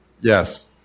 Yes